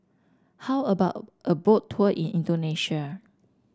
how about a Boat Tour in Indonesia